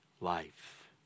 life